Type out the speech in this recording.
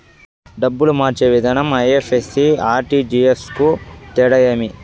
డబ్బులు మార్చే విధానం ఐ.ఎఫ్.ఎస్.సి, ఆర్.టి.జి.ఎస్ కు తేడా ఏమి?